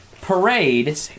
Parade